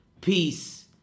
Peace